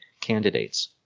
candidates